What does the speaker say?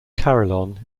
carillon